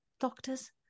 doctors